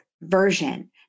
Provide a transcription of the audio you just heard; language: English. version